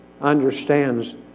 understands